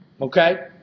Okay